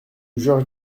georges